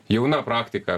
jauna praktika